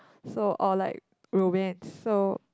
so or like romance so